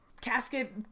casket